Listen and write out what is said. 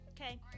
Okay